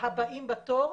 הבאים בתור,